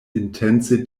intence